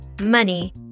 money